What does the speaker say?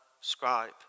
scribe